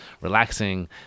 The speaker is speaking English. relaxing